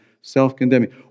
Self-condemning